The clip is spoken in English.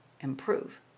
improve